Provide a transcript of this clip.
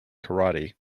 karate